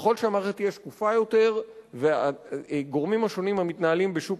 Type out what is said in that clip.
וככל שהמערכת תהיה שקופה יותר והגורמים השונים המתנהלים בשוק